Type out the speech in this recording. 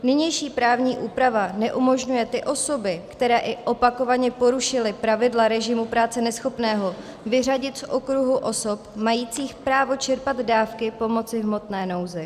Nynější právní úprava neumožňuje ty osoby, které opakovaně porušily pravidla režimu práce neschopného, vyřadit z okruhu osob majících právo čerpat dávky pomoci v hmotné nouzi.